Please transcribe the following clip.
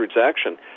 action